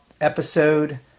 episode